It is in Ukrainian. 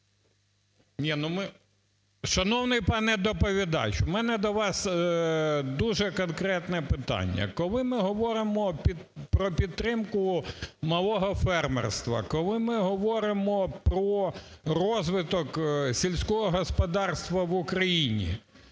партія. Шановний пане доповідач, у мене до вас дуже конкретне питання. Коли ми говоримо про підтримку малого фермерства, коли ми говоримо про розвиток сільського господарства в Україні,